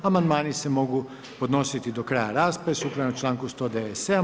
Amandmani se mogu podnositi do kraja rasprave sukladno članku 197.